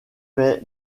fait